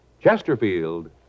Chesterfield